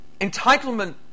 entitlement